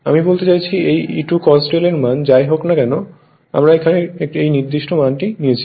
আমি বলতে চাইছি এই E₂ Cos δ এর মান যাই হোক না কেন আমরা এখানে এই মানটি নিচ্ছি